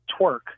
twerk